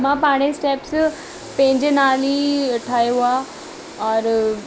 मां पाण स्टैप्स पंहिंजे नाल ई ठाहियो आहे और